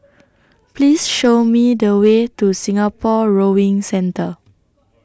Please Show Me The Way to Singapore Rowing Centre